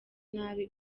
nabi